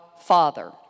Father